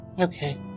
okay